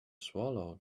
swallow